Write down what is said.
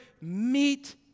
meet